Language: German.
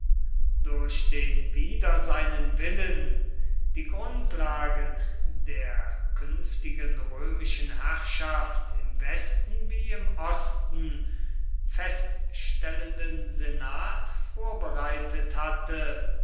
durch den wider seinen willen die grundlagen der künftigen römischen herrschaft im westen wie im osten feststellenden senat vorbereitet hatte